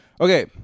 okay